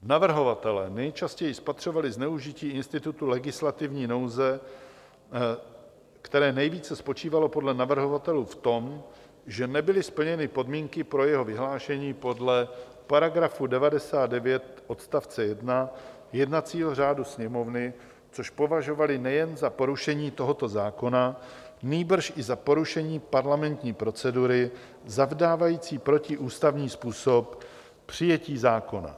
Navrhovatelé nejčastěji spatřovali zneužití institutu legislativní nouze, které nejvíce spočívalo podle navrhovatelů v tom, že nebyly splněny podmínky pro jeho vyhlášení podle § 99 odst. 1 jednacího řádu Sněmovny, což považovali nejen za porušení tohoto zákona, nýbrž i za porušení parlamentní procedury zavdávající protiústavní způsob přijetí zákona.